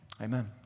Amen